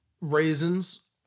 raisins